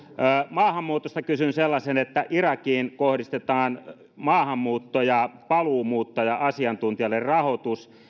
maahanmuutosta kysyn sellaisen että irakiin kohdistetaan maahanmuutto ja paluumuuttoasiantuntijalle rahoitus